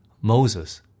Moses